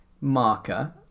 marker